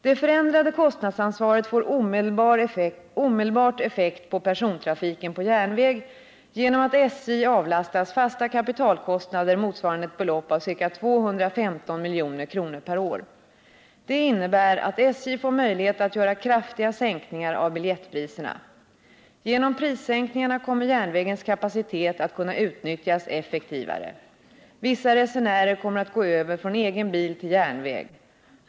Det förändrade kostnadsansvaret får omedelbart effekt på persontrafiken på järnväg genom att SJ avlastas fasta kapitalkostnader motsvarande ett belopp av ca 215 milj.kr. per år. Det innebär att SJ får möjlighet att göra kraftiga sänkningar av biljettpriserna. Genom prissänkningarna kommer järnvägens kapacitet att kunna utnyttjas effektivare. Vissa resenärer kommer att gå över från egen bil till järnväg.